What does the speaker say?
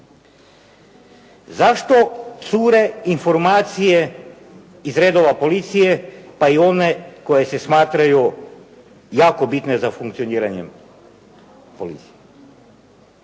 Zašto cure informacije iz redova policije pa i one koje se smatraju jako bitnim za funkcioniranjem policije?